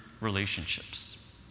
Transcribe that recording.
relationships